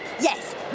Yes